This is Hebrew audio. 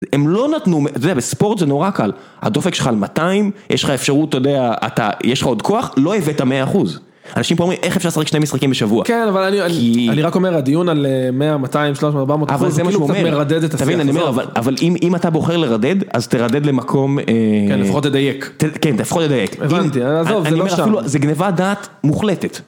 הם לא נתנו, אתה יודע בספורט זה נורא קל, הדופק שלך על 200, יש לך אפשרות, אתה יודע, יש לך עוד כוח, לא הבאת מאה אחוז. אנשים פה אומרים איך אפשר לשחק שני משחקים בשבוע. כן, אבל אני רק אומר, הדיון על 100, 200, 300, 400 אחוז, זה כאילו מרדד את הסרטון. אבל אם אתה בוחר לרדד, אז תרדד למקום... כן, לפחות תדייק. כן, לפחות תדייק. הבנתי, אני עזוב, זה לא שם. זה גניבת דעת מוחלטת.